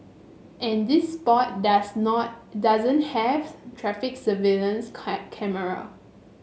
and this spot does not doesn't have traffic surveillance cameras